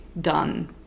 done